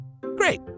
Great